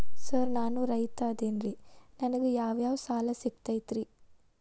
Sir ನಾನು ರೈತ ಅದೆನ್ರಿ ನನಗ ಯಾವ್ ಯಾವ್ ಸಾಲಾ ಸಿಗ್ತೈತ್ರಿ?